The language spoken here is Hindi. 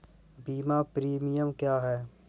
बीमा प्रीमियम क्या है?